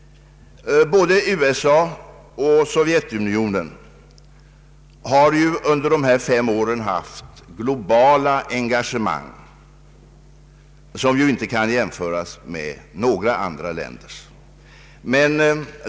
Både USA och Sovjetunionen har ju under de senaste fem åren haft globala engagemang som står utom jämförelse med några andra länders.